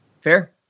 Fair